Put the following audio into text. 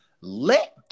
let